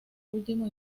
último